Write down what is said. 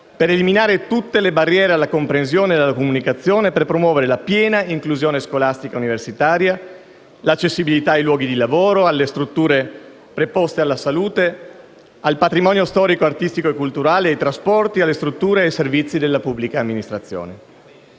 per eliminare tutte le barriere alla comprensione della comunicazione, per promuovere la piena inclusione scolastica ed universitaria, l'accessibilità ai luoghi di lavoro, alle strutture preposte alla salute, al patrimonio storico, artistico e culturale, ai trasporti, alle strutture ed ai servizi della pubblica amministrazione.